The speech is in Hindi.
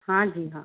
हाँ जी हाँ